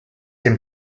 him